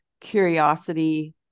curiosity